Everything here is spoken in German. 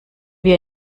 wir